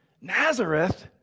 Nazareth